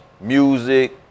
music